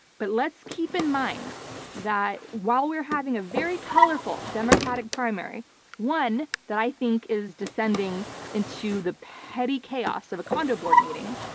but let's keep in mind that while we're having a very colorful democratic primary one that i think is descending into the petty chaos of a condo board meeting,